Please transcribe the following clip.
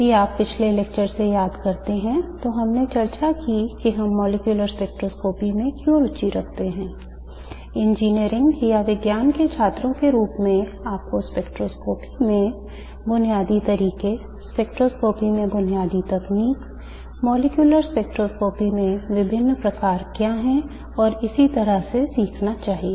यदि आप पिछले लेक्चर से याद करते हैं तो हमने चर्चा की कि हम मॉलिक्यूलर स्पेक्ट्रोस्कोपी में क्यों रुचि रखते हैं इंजीनियरिंग या विज्ञान के छात्रों के रूप में आपको स्पेक्ट्रोस्कोपी में बुनियादी तरीके स्पेक्ट्रोस्कोपी में बुनियादी तकनीक मॉलिक्यूलर स्पेक्ट्रोस्कोपी के विभिन्न प्रकार क्या हैं और इसी तरह से सीखना चाहिए